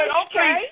okay